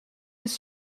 his